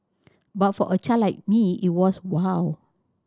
but for a child like me it was wow